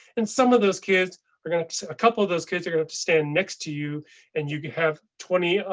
and some of those kids are going to a couple of those kids are going to stand next to you and you have twenty.